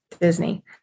Disney